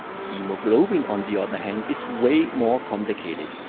hemoglobin on the other hand is way more complicated.